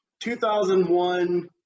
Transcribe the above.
2001